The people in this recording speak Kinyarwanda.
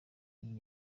iyi